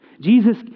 Jesus